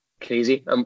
crazy